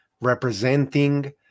representing